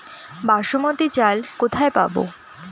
বাসমতী চাল কোথায় পাবো?